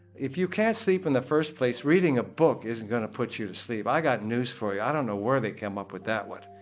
if you can't sleep in the first place, reading a book isn't going to put you to sleep. i got news for you. i don't know where they came up with that one.